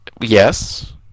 Yes